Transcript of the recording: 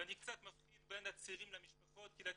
ואני קצת מפריד בין הצעירים למשפחות כי לצעירים,